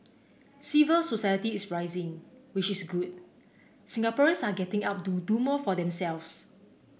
civil society is rising which is good Singaporeans are getting up to do more for themselves